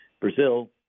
Brazil